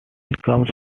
comes